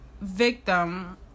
victim